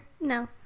No